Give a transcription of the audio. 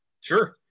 Sure